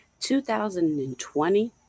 2020